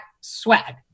swag